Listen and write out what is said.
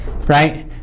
right